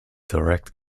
direct